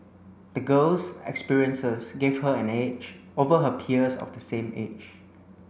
the girl's experiences gave her an edge over her peers of the same age